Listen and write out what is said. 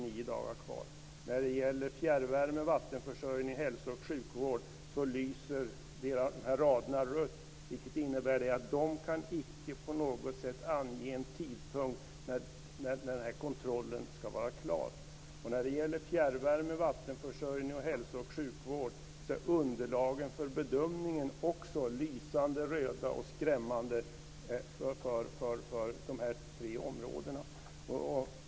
Vi har När det gäller fjärrvärme, vattenförsörjning, hälso och sjukvård lyser raderna rött, vilket innebär att de inte på något sätt kan ange en tidpunkt för när kontrollen skall vara klar. Också underlagen för bedömningen är lysande röda och skrämmande på dessa tre områden.